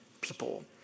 people